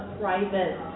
private